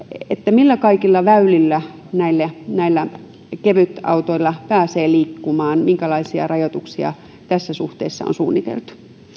millä kaikilla väylillä näillä näillä kevytautoilla pääsee liikkumaan minkälaisia rajoituksia tässä suhteessa on suunniteltu